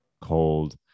cold